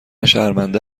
شرمنده